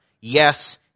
yes